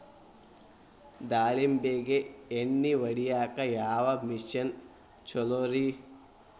ದಾಳಿಂಬಿಗೆ ಎಣ್ಣಿ ಹೊಡಿಯಾಕ ಯಾವ ಮಿಷನ್ ಛಲೋರಿ?